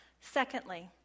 Secondly